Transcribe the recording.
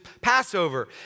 Passover